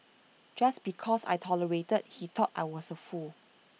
just because I tolerated he thought I was A fool